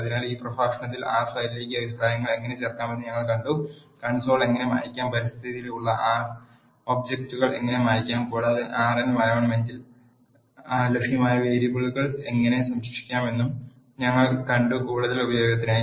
അതിനാൽ ഈ പ്രഭാഷണത്തിൽ ആർ ഫയലിലേക്ക് അഭിപ്രായങ്ങൾ എങ്ങനെ ചേർക്കാമെന്ന് ഞങ്ങൾ കണ്ടു കൺസോൾ എങ്ങനെ മായ് ക്കാം പരിസ്ഥിതിയിൽ ഉള്ള ആർ ഒബ് ജക്റ്റുകൾ എങ്ങനെ മായ് ക്കാം കൂടാതെ ആർ എൻ വയോൺ മെൻറിൽ ലഭ്യമായ വേരിയബിളുകൾ എങ്ങനെ സംരക്ഷിക്കാമെന്നും ഞങ്ങൾ കണ്ടു കൂടുതൽ ഉപയോഗത്തിനായി